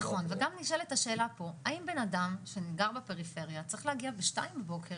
לכן הדיון צריך להיות למה להגביל לפי כמות אזרחים.